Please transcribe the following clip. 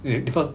it's different